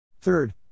Third